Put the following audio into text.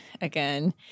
again